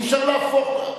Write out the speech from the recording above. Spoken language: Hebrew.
אי-אפשר להפוך,